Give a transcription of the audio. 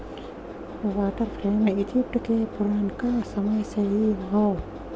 water frame Egypt के पुरनका समय से ही हौ